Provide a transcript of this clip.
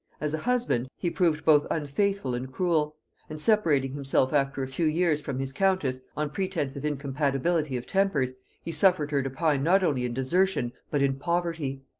as a husband, he proved both unfaithful and cruel and separating himself after a few years from his countess, on pretence of incompatibility of tempers, he suffered her to pine not only in desertion, but in poverty.